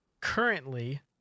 currently